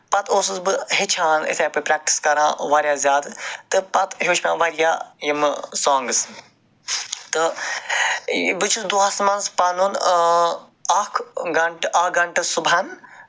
پَتہٕ اوسُس بہٕ ہٮ۪چھان یِتھٕے پٲٹھۍ پرٮ۪کٹِس کران واریاہ زیادٕ تہٕ پَتہٕ ہٮ۪وٚچھ مےٚ واریاہ یِمہٕ سانگٔس تہٕ بہٕ چھُس دۄہَس منٛز پَنُن اکھ اکھ گَنٹہٕ صبُحن